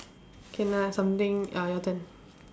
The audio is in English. can lah something uh your turn